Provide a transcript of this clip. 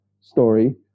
story